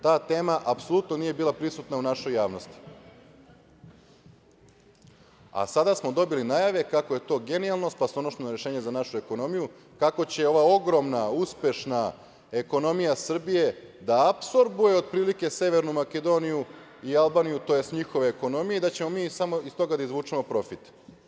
Ta tema apsolutno nije bila prisutna u našoj javnosti, a sada smo dobili najave kako je to genijalno, spasonosno rešenje za našu ekonomiju, kako će ova ogromna, uspešna ekonomija Srbije da apsorbuje otprilike Severnu Makedoniju i Albaniju, tj. njihove ekonomije i da ćemo mi samo iz toga da izvučemo profit.